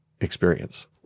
experience